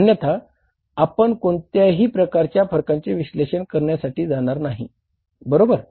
अन्यथा आपण कोणत्याही प्रकारच्या फरकांच्या विश्लेषणासाठी जाणार नाही बरोबर